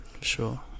Sure